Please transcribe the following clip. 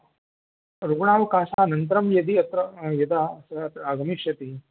रुग्णावकाशानन्तरं यदि अत्र यदा आगमिष्यति